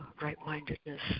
right-mindedness